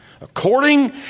According